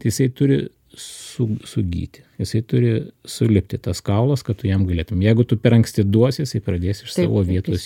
jisai turi su sugyti jisai turi sulipti tas kaulas kad tu jam galėtum jeigu tu per anksti duosi jisai pradės iš savo vietos